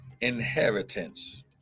inheritance